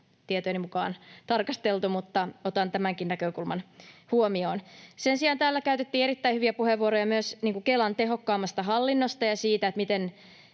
tietojeni mukaan tarkasteltu, mutta otan tämänkin näkökulman huomioon. Sen sijaan täällä käytettiin erittäin hyviä puheenvuoroja myös Kelan tehokkaammasta hallinnosta ja siitä, miten